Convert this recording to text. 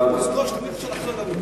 תזכור שתמיד אפשר, לכן,